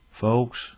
Folks